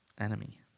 Enemy